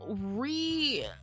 re